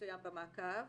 מסוים במעקב